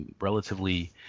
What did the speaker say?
relatively